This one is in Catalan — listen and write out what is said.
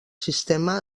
sistema